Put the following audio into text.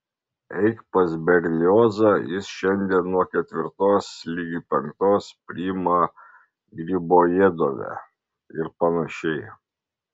eik pas berliozą jis šiandien nuo ketvirtos ligi penktos priima gribojedove ir panašiai